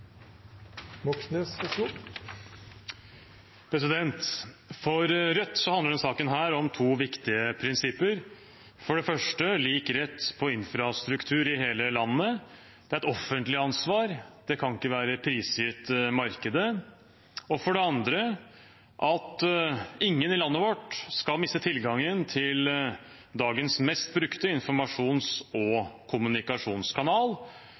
For Rødt handler denne saken om to viktige prinsipper. For det første handler det om lik rett til infrastruktur i hele landet. Det er et offentlig ansvar. Det kan ikke være prisgitt markedet. For det andre handler det om at ingen i landet vårt skal miste tilgangen til dagens mest brukte informasjons- og kommunikasjonskanal,